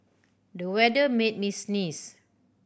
the weather made me sneeze